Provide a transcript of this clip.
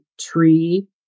tree